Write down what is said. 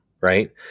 right